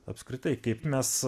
apskritai kaip mes